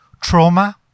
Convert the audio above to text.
trauma